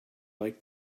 like